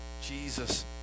Jesus